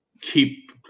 keep